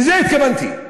לזה התכוונתי.